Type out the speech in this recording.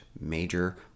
major